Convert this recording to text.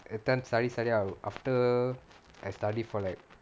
attend size சரியா வரும்:sariyaa varum I'll after I study for like